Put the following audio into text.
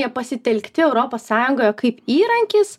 jie pasitelkti europos sąjungoje kaip įrankis